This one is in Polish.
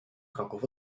kroków